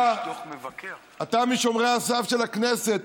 אתה משומרי הסף של הכנסת,